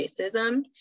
racism